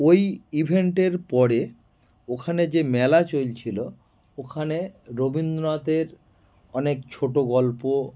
ওই ইভেন্টের পরে ওখানে যে মেলা চলছিলো ওখানে রবীন্দ্রনাথের অনেক ছোটো গল্প